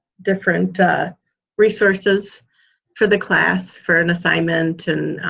different resources for the class for an assignment and